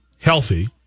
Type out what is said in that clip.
healthy